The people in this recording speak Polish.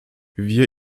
wie